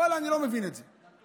ואללה, אני לא מבין את זה.